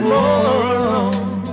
More